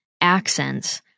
accents